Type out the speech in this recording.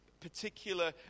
particular